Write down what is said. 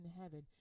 heaven